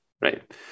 right